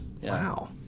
Wow